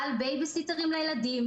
על בייביסיטרים לילדים,